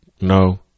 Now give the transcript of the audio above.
No